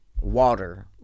Water